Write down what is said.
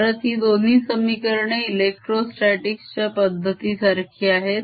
परत हि दोन्ही समीकरणे electrostatics च्या परिस्थिती सारखी आहेत